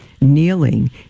kneeling